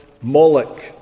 Moloch